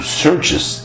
searches